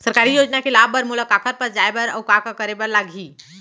सरकारी योजना के लाभ बर मोला काखर पास जाए बर अऊ का का करे बर लागही?